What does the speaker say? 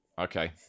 Okay